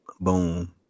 boom